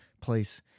place